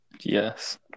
Yes